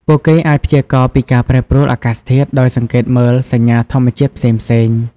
ពួកគេអាចព្យាករណ៍ពីការប្រែប្រួលអាកាសធាតុដោយសង្កេតមើលសញ្ញាធម្មជាតិផ្សេងៗ។